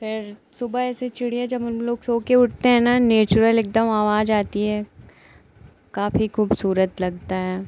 फिर सुबह ऐसे चिड़िया जब हमलोग सोकर उठते हैं न नेचुरल एकदम आवाज़ आती है काफ़ी खूबसूरत लगता है